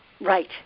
Right